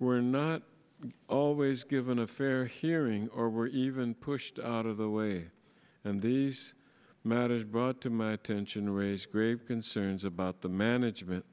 were not always given a fair hearing or were even pushed out of the way and these matters brought to my attention raise grave concerns about the management